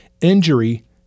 injury